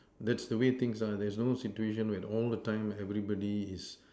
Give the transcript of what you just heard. that's the way things are there's no situation where all the time everybody is